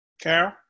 Carol